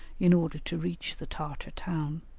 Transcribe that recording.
in order to reach the tartar town.